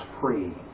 free